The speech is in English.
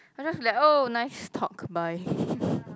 I'll just like oh nice talk bye